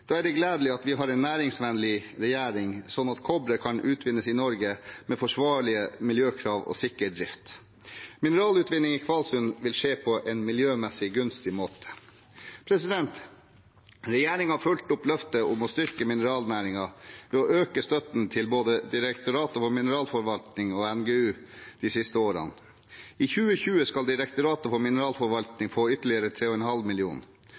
Da er det gledelig at vi har en næringsvennlig regjering, slik at kobberet kan utvinnes i Norge med forsvarlige miljøkrav og sikker drift. Mineralutvinningen i Kvalsund vil skje på en miljømessig gunstig måte. Regjeringen har fulgt opp løftet om å styrke mineralnæringen ved å øke støtten til både Direktoratet for mineralforvaltning og NGU de siste årene. I 2020 skal Direktoratet for mineralforvaltning få ytterligere 3,5